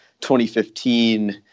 2015